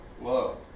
love